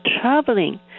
traveling